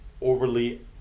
overly